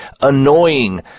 annoying